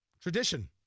tradition